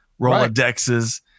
Rolodexes